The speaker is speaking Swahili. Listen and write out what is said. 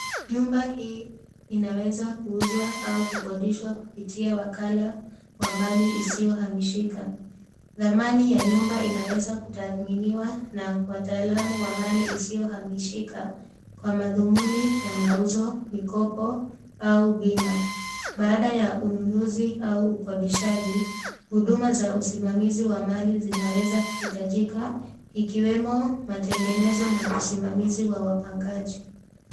Nyumba hii inaweza kuuzwa au kukodishwa kutumia wakala wa mali isiyohamishika. Dhamani ya nyumba inaweza kutathminiwa na wataalamu wa mali isiyohamishika kwa madhumuni ya mauzo, mikopo au bima. Baada ya ununuzi au ukodishaji, huduma za usimamizi wa mali zinaweza kuhitajika ikiwemo matengenezo na usimamizi wa wapangaji.